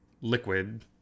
liquid